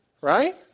Right